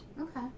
Okay